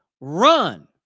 run